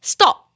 Stop